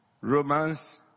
romance